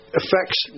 affects